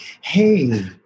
hey